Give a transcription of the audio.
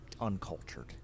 uncultured